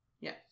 yes